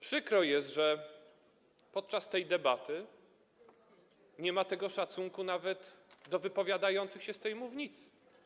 Przykre jest, że podczas tej debaty nie ma tego szacunku nawet do wypowiadających się z tej mównicy.